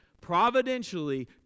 providentially